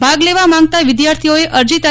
ભાગ લેવા માગતા વિદ્યાર્થીઓએ અરજી તા